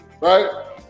right